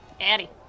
Addy